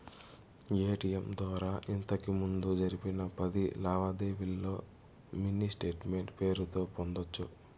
ATM ద్వారా ఇంతకిముందు జరిపిన పది లావాదేవీల్లో మినీ స్టేట్మెంటు పేరుతో పొందొచ్చు